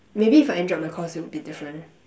maybe if I enjoyed my course it would be different